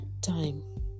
time